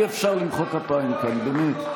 אי-אפשר למחוא כפיים כאן, באמת.